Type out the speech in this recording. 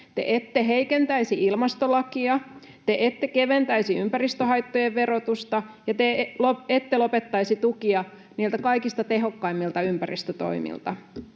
te ette heikentäisi ilmastolakia, te ette keventäisi ympäristöhaittojen verotusta ja te ette lopettaisi tukia niiltä kaikista tehokkaimmilta ympäristötoimilta.